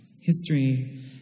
History